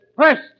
First